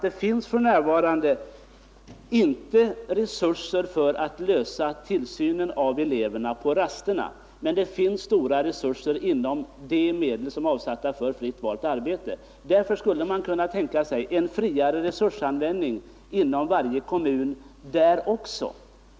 Det finns för närvarande inte resurser för att ordna tillsynen över eleverna på rasterna, men det finns stora resurser inom ramen för de medel som är avsatta för fritt valt arbete. Därför skulle man kunna tänka sig en friare resursanvändning.